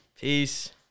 Peace